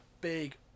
big